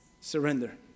Surrender